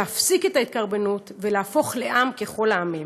להפסיק את ההתקרבנות ולהפוך לעם ככל העמים,